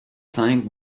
cinq